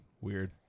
Weird